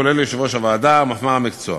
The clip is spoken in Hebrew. כולל יושב-ראש הוועדה ומפמ"ר המקצוע,